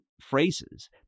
phrases